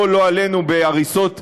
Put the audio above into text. או לא עלינו בהריסות בתים,